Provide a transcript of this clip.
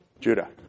Judah